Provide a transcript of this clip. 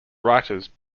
writers